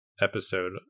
episode